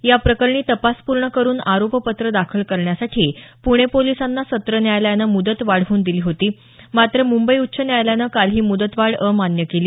या प्रकरणी तपास पूर्ण करून आरोप पत्र दाखल करण्यासाठी पूणे पोलिसांना सत्र न्यायालयानं मुदत वाढवून दिली होती मात्र मुंबई उच्च न्यायालयानं काल ही मुदतवाढ अमान्य केली